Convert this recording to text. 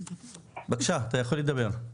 בבקשה אתה יכול לדבר.